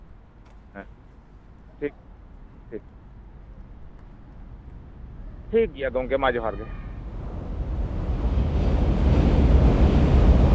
ᱦᱮᱸ ᱴᱷᱤᱠ ᱴᱷᱤᱠ ᱴᱷᱤᱠᱜᱮᱭᱟ ᱜᱚᱝᱠᱮ ᱢᱟ ᱡᱚᱦᱟᱨ ᱜᱮ